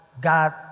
God